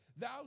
thou